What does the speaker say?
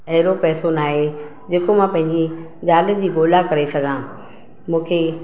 अहिड़ो पैसो नाहे जेको मां पंहिंजे ज़ालुनि जी ॻोल्हा करे सघां मूंखे